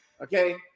okay